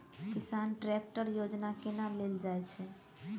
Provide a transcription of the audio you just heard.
किसान ट्रैकटर योजना केना लेल जाय छै?